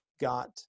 got